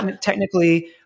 technically